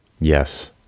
Yes